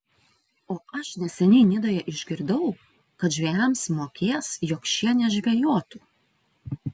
o aš neseniai nidoje išgirdau kad žvejams mokės jog šie nežvejotų